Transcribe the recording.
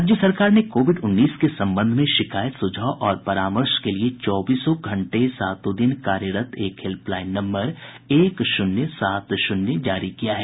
राज्य सरकार ने कोविड उन्नीस के संबंध में शिकायत सुझाव और परामर्श को लिए चौबीस घंटे सातों दिन कार्यरत एक हेल्प लाईन नम्बर एक शून्य सात शून्य जारी किया है